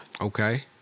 Okay